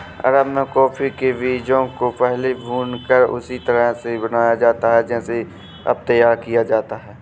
अरब में कॉफी के बीजों को पहले भूनकर उसी तरह से बनाया जाता था जैसे अब तैयार किया जाता है